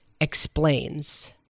Explains